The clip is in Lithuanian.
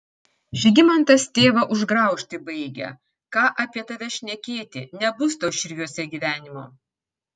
žygimantas tėvą užgraužti baigia ką apie tave šnekėti nebus tau širviuose gyvenimo